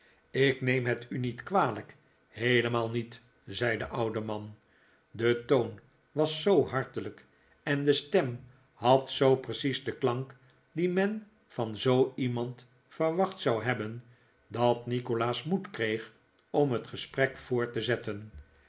ik neem het u niet kwalijk heelemaal niet zei de oude man de toon was zoo hartelijk en de stem had zoo precies de klank die men van zoo iemand verwacht zou hebben dat nikolaas moed kreeg om het gesprek voort te zetten